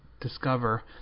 discover